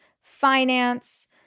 finance